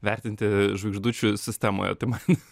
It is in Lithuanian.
vertinti žvaigždučių sistemoje tai man